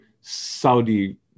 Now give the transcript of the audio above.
Saudi